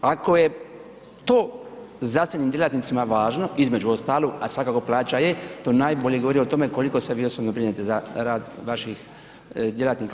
Ako je to zdravstvenim djelatnicima važno između ostalog, a svakako plaća je, to najbolje govori o tome koliko se vi osobno brinete za rad vaših djelatnika